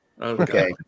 Okay